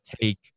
take